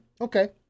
Okay